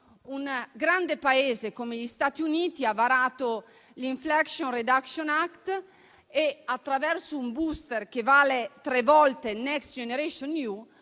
Un grande Paese come gli Stati Uniti ha varato l'Inflation reduction act e, attraverso un *booster* che vale tre volte Next generation EU,